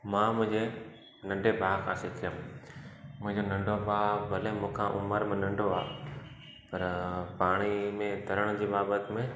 मां मुंहिंजे नंढे भाउ खां सिखियुमि मुंहिंजो नंढो भाउ भले मूं खां उमिरि में नंढो आहे पर पाणीअ में तरण जे बाबति में